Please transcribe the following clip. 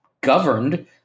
governed